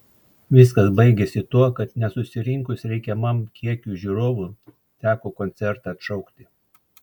viskas baigėsi tuo kad nesusirinkus reikiamam kiekiui žiūrovų teko koncertą atšaukti